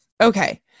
Okay